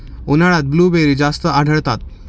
उन्हाळ्यात ब्लूबेरी जास्त आढळतात